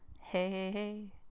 Hey